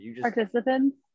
Participants